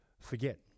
forget